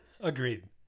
Agreed